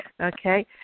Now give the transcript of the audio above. Okay